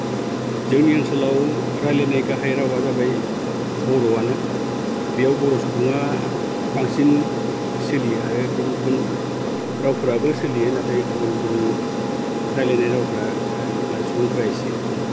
जोंनि ओनसोलाव रायज्लायनाय गाहाय रावा जाबाय बर'आनो बेयाव बर' सुबुङा बांसिन सोलियो आरो गुबुन गुबुन रावफोराबो सोलियो नाथाय गुबुन गुबुन रायज्लायनाय रावफोरा सुबुंफोरा इसे खम